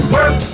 Work